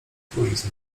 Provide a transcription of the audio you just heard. truizm